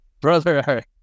Brother